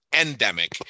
endemic